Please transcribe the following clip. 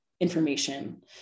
information